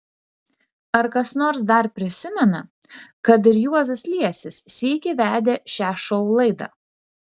ar kas nors dar prisimena kad ir juozas liesis sykį vedė šią šou laidą